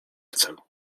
chcę